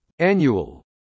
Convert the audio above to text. Annual